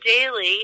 daily